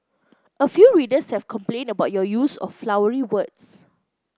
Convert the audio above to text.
a few readers have complained about your use of flowery words